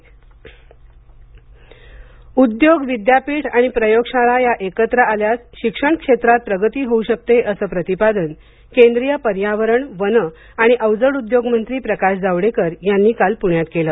जावडेकर उद्योग विद्यापीठ आणि प्रयोगशाळा या एकत्र आल्यास शिक्षण क्षेत्रात प्रगती होऊ शकते असं प्रतिपादन केंद्रीय पर्यावरण वन आणि अवजड उद्योग मंत्री प्रकाश जावडेकर यांनी काल पुण्यात केलं